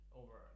over